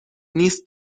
نیست